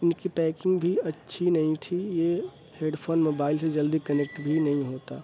ان کی پیکنگ بھی اچھی نہیں تھی یہ ہیڈ فون موبائل سے جلدی کنیکٹ بھی نہیں ہوتا